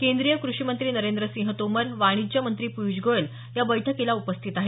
केंद्रीय कृषी मंत्री नरेंद्र सिंह तोमर वाणिज्य मंत्री पिय़्ष गोयल या बैठकीला उपस्थित आहेत